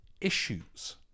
issues